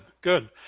good